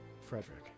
Frederick